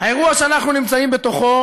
האירוע שאנחנו נמצאים בתוכו